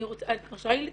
אני רוצה להגיד